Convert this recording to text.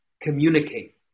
communicate